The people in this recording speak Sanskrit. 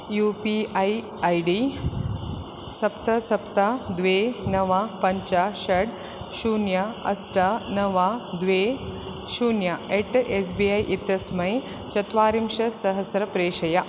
U P I I D सप्त सप्त द्वे नव पञ्च षट् शून्यं अष्ट नव द्वे शून्य अट् एस् बी ऐ इत्यस्मै चत्वरिंशत् सहस्रं प्रेषय